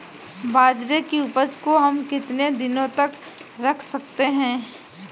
बाजरे की उपज को हम कितने दिनों तक रख सकते हैं?